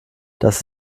das